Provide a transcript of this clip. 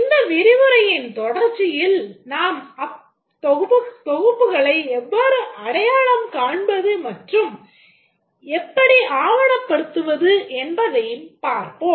இந்த விரிவுரையின் தொடர்ச்சியில் நாம் அத்தொகுப்புகளை எவ்வாறு அடையாளம் காண்பது மற்றும் எப்படி அவணப்படுத்துவது என்பதைப் பார்ப்போம்